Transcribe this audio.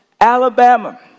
Alabama